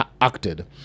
acted